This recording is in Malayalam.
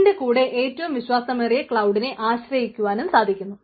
അതിന്റെ കൂടെ ഏറ്റവും വിശ്വാസമേറിയ ക്ലൌഡിനെ ആശ്രയിക്കുവാനും സാധിക്കുന്നു